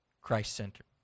Christ-centered